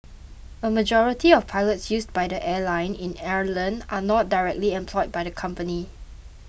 a majority of pilots used by the airline in Ireland are not directly employed by the company